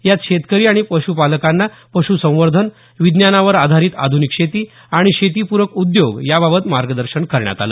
यात शेतकरी आणि पशुपालकांना पशुसंवर्धन विज्ञानावर आधारित आधुनिक शेती आणि शेतीपुरक उद्योग याबाबत मार्गदर्शन करण्यात आलं